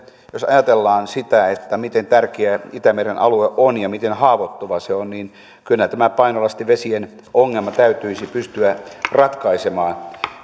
jos ajatellaan sitä miten tärkeä itämeren alue on ja miten haavoittuva se on niin kyllä tämä painolastivesien ongelma täytyisi pystyä ratkaisemaan